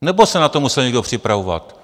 Nebo se na to musel někdo připravovat?